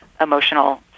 emotional